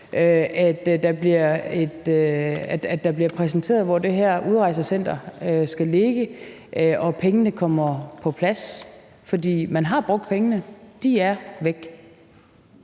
at man vil præsentere, hvor det her udrejsecenter skal ligge, og pengene kommer på plads? For man har brugt pengene – de er væk.